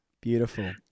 Beautiful